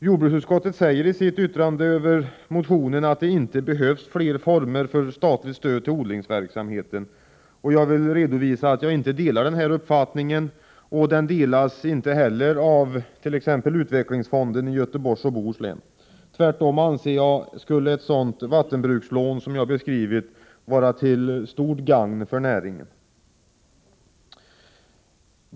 Jordbruksutskottet säger i sitt yttrande över motionerna att det inte behövs fler former för statligt stöd till odlingsverksamheten. Jag delar inte denna uppfattning, och den delas inte heller avt.ex. utvecklingsfonden i Göteborgs och Bohus län. Tvärtom skulle ett sådant vattenbrukslån som jag beskrivit vara till stort gagn för näringen.